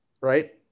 right